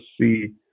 see